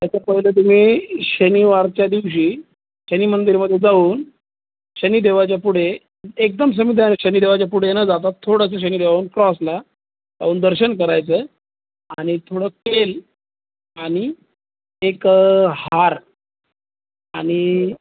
त्याच्या पहिले तुम्ही शनिवारच्या दिवशी शनि मंदिरामध्ये जाऊन शनिदेवाच्या पुढे एकदम शनिदेवा शनिदेवाच्या पुढे न जाता थोडंसं शनिदेवाच्या क्रॉसला जाऊन दर्शन करायचं आणि थोडं तेल आणि एक हार आणि